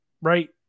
Right